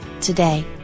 Today